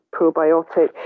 probiotic